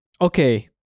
okay